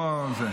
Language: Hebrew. לא עובד.